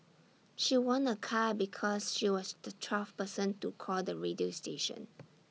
she won A car because she was the twelfth person to call the radio station